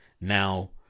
now